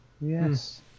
yes